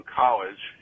college